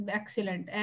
excellent